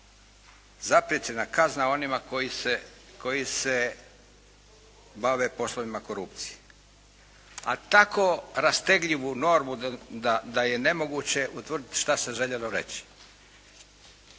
zapriječena kazna onima koji se bave poslovima korupcije. A takvu rastegljivu normu da je nemoguće utvrditi šta se željelo reći.